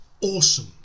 Awesome